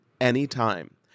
anytime